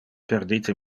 perdite